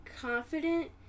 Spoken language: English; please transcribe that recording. confident